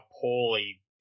poorly